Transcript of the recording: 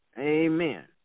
Amen